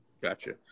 Gotcha